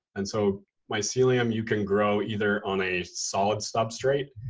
and so mycelium you can grow either on a solid substrate,